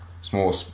small